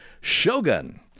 shogun